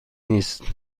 نیست